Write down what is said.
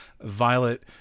Violet